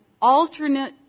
alternate